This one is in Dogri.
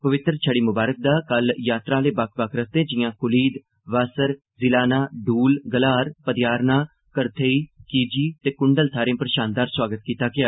पवित्तर छड़ी मुबारक दा कल यात्रा आह्ले बक्ख बक्ख रस्ते जिआं कुलीद वास्सर ज़ीलाना डूल गलहार पदयारना करथेई कीजी ते कुंडल थाहरें पर शानदार सोआगत कीता गेआ